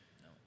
no